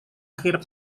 akhir